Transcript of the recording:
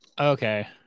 Okay